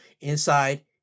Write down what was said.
inside